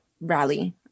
rally